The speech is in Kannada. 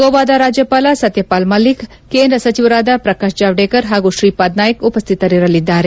ಗೋವಾದ ರಾಜ್ಯಪಾಲ ಸತ್ಯಪಾಲ್ ಮಲ್ಲಿಕ್ ಕೇಂದ್ರ ಸಚಿವರಾದ ಪ್ರಕಾಶ್ ಜಾವ್ಡೇಕರ್ ಪಾಗೂ ಶ್ರೀಪಾದ್ ನಾಯಕ್ ಉಪಶ್ಯಿತರಿರಲಿದ್ದಾರೆ